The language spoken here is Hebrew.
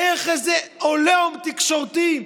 איך, איזה עליהום תקשורתי.